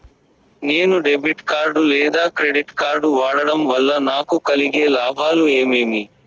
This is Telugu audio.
నేను డెబిట్ కార్డు లేదా క్రెడిట్ కార్డు వాడడం వల్ల నాకు కలిగే లాభాలు ఏమేమీ?